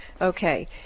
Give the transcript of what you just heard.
Okay